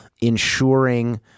ensuring